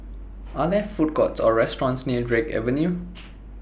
Are There Food Courts Or restaurants near Drake Avenue